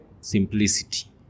simplicity